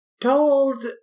told